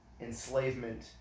enslavement